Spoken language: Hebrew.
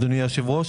אדוני היושב-ראש,